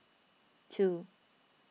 two